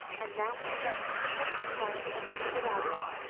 and now we have reached the perfect cone of tunguragua,